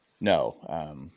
No